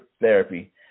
Therapy